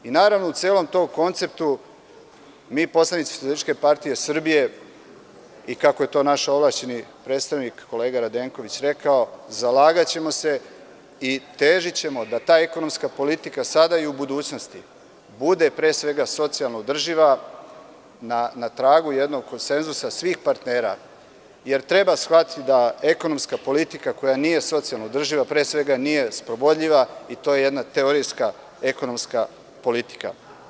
Naravno, u celom tom kontekstu, poslanici SPS, i kako je to naš ovlašćeni predstavnik kolega Radenković rekao, zalagaćemo se i težićemo da ta ekonomska politika sada i u budućnosti bude, pre svega, socijalno održiva na tragu jednog konsenzusa svih partnera, jer treba shvatiti da ekonomska politika koja nije socijalno održiva, pre svega nije sprovodljiva i to je jedna teorijska ekonomska politika.